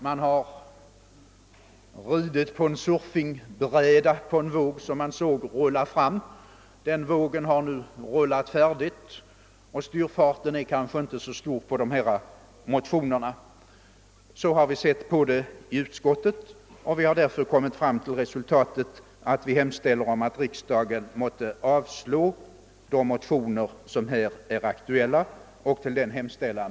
Man har ridit på en surfingbräda på en våg som man såg rulla fram, Denna våg har nu rullat förbi och motionernas styrfart är kanske inte längre så stor. Inom bankoutskottet har vi också sett frågan på det sättet och därför hemställt att riksdagen måtte avslå motionerna om ytterligare utredningar av läkemedelsbranschen. Jag kommer senare att yrka bifall till denna hemställan.